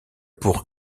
pour